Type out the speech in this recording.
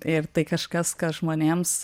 ir tai kažkas kas žmonėms